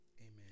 Amen